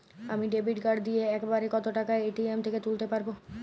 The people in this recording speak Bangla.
আমি ডেবিট কার্ড দিয়ে এক বারে কত টাকা এ.টি.এম থেকে তুলতে পারবো?